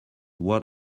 what